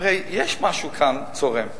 הרי יש כאן משהו צורם.